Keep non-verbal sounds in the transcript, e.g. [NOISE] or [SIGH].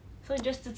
[NOISE]